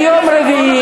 אדוני, ביום רביעי,